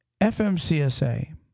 FMCSA